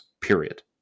period